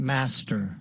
Master